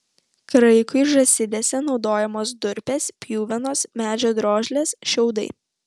kraikui žąsidėse naudojamos durpės pjuvenos medžio drožlės šiaudai